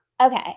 Okay